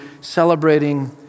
celebrating